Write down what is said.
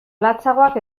latzagoak